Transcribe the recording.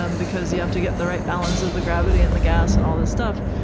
um because you have to get the right balance of the gravity and the gas and all this stuff.